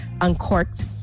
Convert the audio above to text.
Uncorked